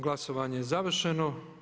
Glasovanje je završeno.